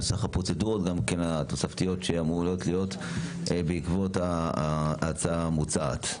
מה סך הפרוצדורות התוספתיות שאמורות להיות בעקבות ההצעה המוצעת?